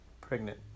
pregnant